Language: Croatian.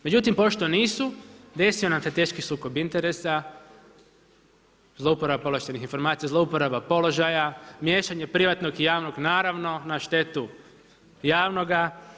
Međutim pošto nisu desio nam se teški sukob interesa, zlouporaba povlaštenih informacija, zlouporaba položaja miješanje privatnog i javnog naravno na štetu javnoga.